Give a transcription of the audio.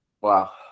Wow